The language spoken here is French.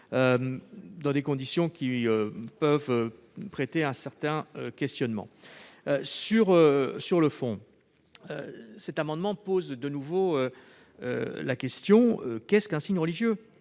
dans des conditions pouvant susciter un certain questionnement. Sur le fond, cet amendement pose de nouveau la question de ce qu'est un signe religieux.